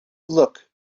look